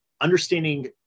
understanding